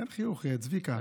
תן חיוך, יא צביקה.